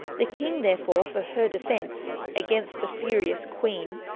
the king therefore, for her defence against the furious queene,